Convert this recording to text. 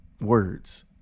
words